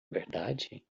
verdade